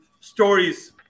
Stories